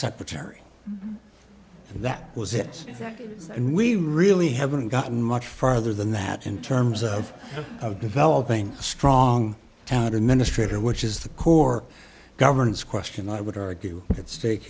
secretary and that was it and we really haven't gotten much farther than that in terms of of developing a strong town administrator which is the core governance question i would argue at stake